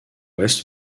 ouest